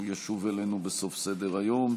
הוא ישוב אלינו בסוף סדר-היום.